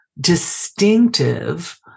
distinctive